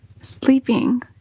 Sleeping